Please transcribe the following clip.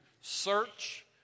search